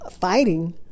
fighting